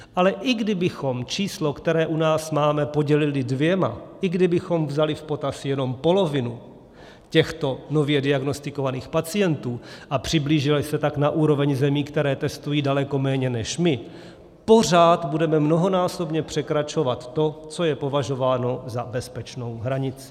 Ale i kdybychom číslo, které u nás máme, podělili dvěma, i kdybychom vzali v potaz jenom polovinu těchto nově diagnostikovaných pacientů a přiblížili se tak na úroveň zemí, které testují daleko méně než my, pořád budeme mnohonásobně překračovat to, co je považováno za bezpečnou hranici.